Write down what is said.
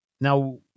Now